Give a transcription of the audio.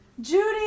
Judy